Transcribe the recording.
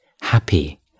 happy